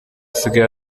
asigaye